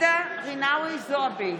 ג'ידא רינאוי זועבי,